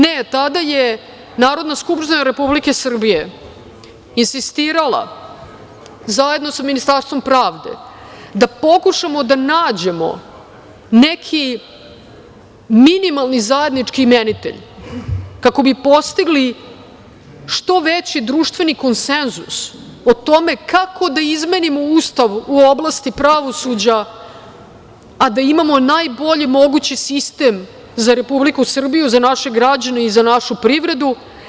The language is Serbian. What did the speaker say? Ne, tada je Narodna skupština Republike Srbije insistirala zajedno sa Ministarstvom pravde da pokušamo da nađemo neki minimalni zajednički imenitelj, kako bi postigli što veći društveni konsenzus, o tome kako da izmenimo Ustav u oblasti pravosuđa, a da imamo najbolje mogući sistem za Republiku Srbiju, za naše građane i za našu privredu.